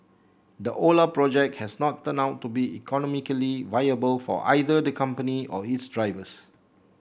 the Ola project has not turned out to be economically viable for either the company or its drivers